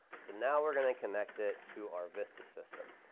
so now we're going to connect it to our vista system.